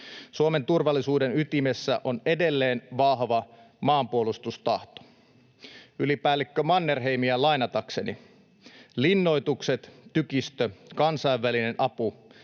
Suomen turvallisuuden ytimessä on edelleen vahva maanpuolustustahto. Ylipäällikkö Mannerheimia lainatakseni: ”Linnoitukset, tykistö, kansainvälinen apu